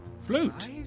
Flute